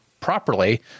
properly